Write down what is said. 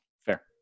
Fair